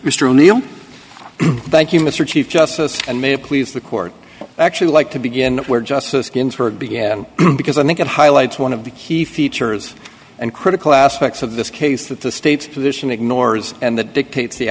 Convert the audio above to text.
mr o'neill thank you mr chief justice and may please the court actually like to begin where justice ginsburg began because i think it highlights one of the key features and critical aspects of this case that the state's position ignores and that dictates the